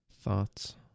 thoughts